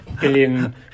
billion